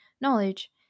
knowledge